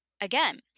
again